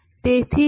અને તેથી જ